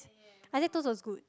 Isaac Toast was good